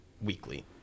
weekly